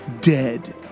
dead